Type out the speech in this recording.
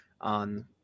on